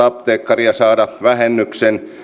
apteekkaria saada vähennyksen